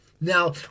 Now